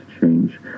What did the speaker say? change